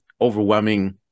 overwhelming